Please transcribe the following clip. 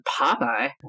Popeye